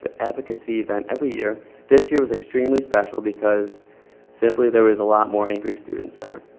but advocacy event ever year this year was extremely special because simply there was a lot more angry students there.